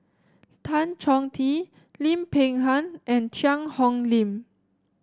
Tan Chong Tee Lim Peng Han and Cheang Hong Lim